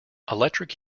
electric